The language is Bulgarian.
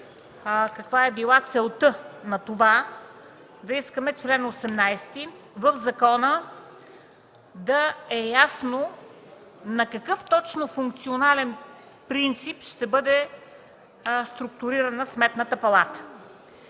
каква е била целта на това да искаме в чл. 18 на закона да е ясно на какъв точно функционален принцип ще бъде структурирана Сметната палата.